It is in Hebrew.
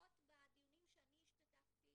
לפחות בדיונים שאני השתתפתי